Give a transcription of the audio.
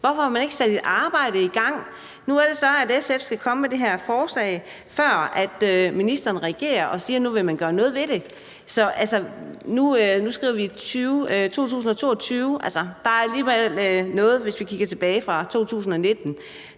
Hvorfor har man ikke sat et arbejde i gang? Nu er det så, at SF skal komme med det her forslag, før ministeren reagerer og siger, at man vil gøre noget ved det nu. Nu skriver vi 2022. Det er alligevel noget, hvis vi kigger tilbage til 2019.